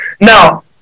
now